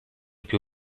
più